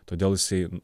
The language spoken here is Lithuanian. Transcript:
todėl jisai